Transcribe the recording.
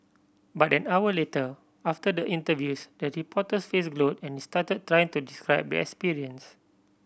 but an hour later after the interviews the reporter's face glowed and stuttered trying to describe the experience